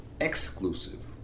exclusive